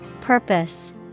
Purpose